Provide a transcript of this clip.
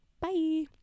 Bye